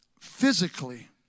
physically